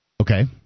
Okay